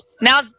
now